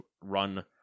run